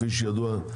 כידוע,